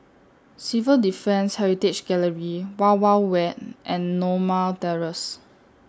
Civil Defence Heritage Gallery Wild Wild Wet and Norma Terrace